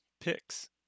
picks